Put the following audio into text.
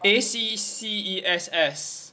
A C C E S S